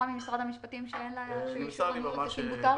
ממשרד המשפטים שהאישור -- נמסר לי ממש בשבוע,